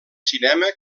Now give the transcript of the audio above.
cinema